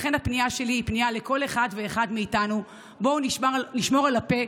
הפנייה שלי היא לכל אחד ואחת מאיתנו: בואו נשמור על הפה,